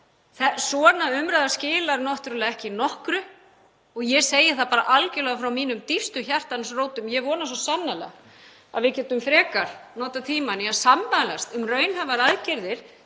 Svona umræða skilar náttúrlega ekki nokkru. Ég segi það bara algjörlega frá mínum dýpstu hjartans rótum að ég vona svo sannarlega að við getum frekar nota tímann í að sammælast um raunhæfar aðgerðir